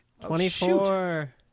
Twenty-four